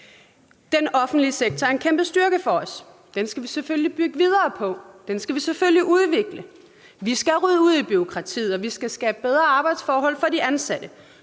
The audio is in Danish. Den offentlige sektor er en kæmpe styrke for os. Den skal vi selvfølgelig bygge videre på. Den skal vi selvfølgelig udvikle. Vi skal rydde ud i bureaukratiet, og vi skal skabe bedre arbejdsforhold for de ansatte.